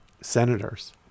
senators